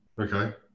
Okay